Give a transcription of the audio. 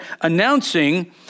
announcing